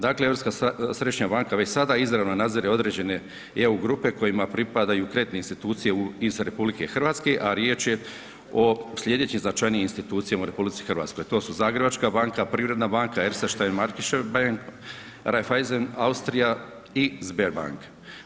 Dakle, Europska središnja banka već sada izravno nadzire određene i EU grupe kojima pripadaju i kreditne institucije iz RH, a riječ je o slijedećim značajnijim institucijama u RH, to su Zagrebačka banka, Privredna banka, Erste & Steiermaerkische bank, Raiffeisen Austria i Sberbank.